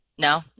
No